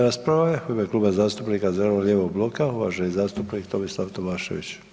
rasprava je u ime Kluba zastupnika zeleno-lijevog bloka, uvaženi zastupnik Tomislav Tomašević.